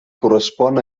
correspon